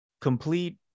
complete